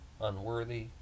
unworthy